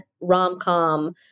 rom-com